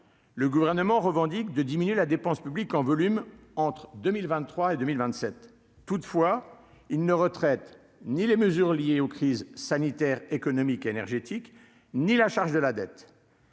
le gouvernement revendique de diminuer la dépense publique en volume entre 2023 et 2027, toutefois il ne retraite ni les mesures liées aux crises sanitaires, économiques, énergétiques, ni la charge de la dette.